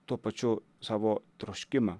tuo pačiu savo troškimą